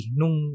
nung